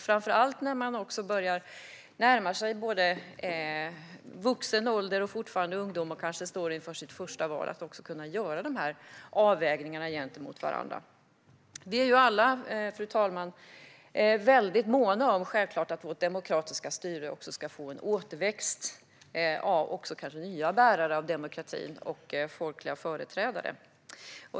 Framför allt när man börjar närma sig vuxen ålder och fortfarande är ungdom och kanske står inför sitt första val är det viktigt att kunna göra dessa avvägningar. Vi är alla, fru talman, självklart väldigt måna om att vårt demokratiska styre ska få en återväxt av nya bärare av demokrati och folkliga företrädare.